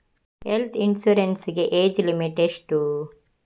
Health insurance ಗೆ age limit ಎಷ್ಟು?